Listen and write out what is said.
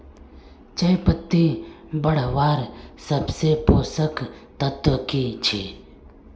चयपत्ति बढ़वार सबसे पोषक तत्व की छे?